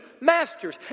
masters